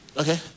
Okay